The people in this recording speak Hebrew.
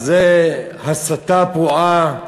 זו הסתה פרועה.